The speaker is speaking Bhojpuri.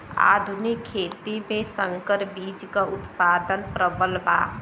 आधुनिक खेती में संकर बीज क उतपादन प्रबल बा